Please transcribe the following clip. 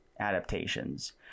Adaptations